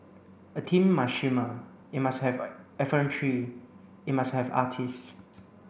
a team must shimmer it must have effrontery it must have artists